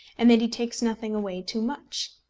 and that he takes nothing away too much.